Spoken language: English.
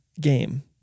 game